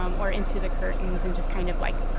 um or into the curtains and just kind of, like,